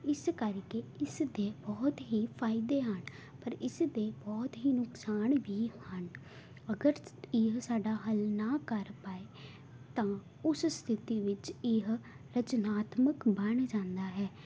ਇਸ ਕਰਕੇ ਇਸ ਦੇ ਬਹੁਤ ਹੀ ਫਾਇਦੇ ਹਨ ਪਰ ਇਸ ਦੇ ਬਹੁਤ ਹੀ ਨੁਕਸਾਨ ਵੀ ਹਨ ਅਗਰ ਇਹ ਸਾਡਾ ਹੱਲ ਨਾ ਕਰ ਪਾਏ ਤਾਂ ਉਸ ਸਥਿਤੀ ਵਿੱਚ ਇਹ ਰਚਨਾਤਮਕ ਬਣ ਜਾਂਦਾ ਹੈ